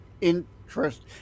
interest